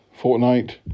Fortnite